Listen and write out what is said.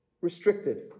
restricted